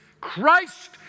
Christ